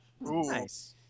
Nice